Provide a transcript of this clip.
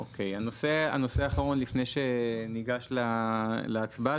אוקיי הנושא האחרון לפני שניגש להצבעה,